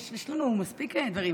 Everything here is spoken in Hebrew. יש לנו מספיק דברים.